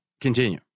Continue